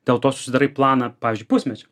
dėl to susidarai planą pavyzdžiui pusmečio